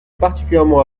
particulièrement